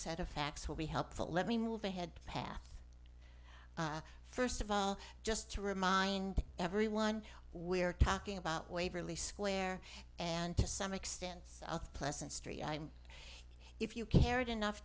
set of facts will be helpful let me move ahead path first of all just to remind everyone we're talking about waverly square and to some extent south pleasant st i'm if you cared enough